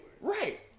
Right